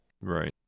Right